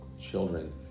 children